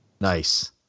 Nice